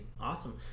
awesome